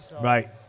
Right